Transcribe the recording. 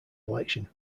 election